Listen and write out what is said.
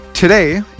Today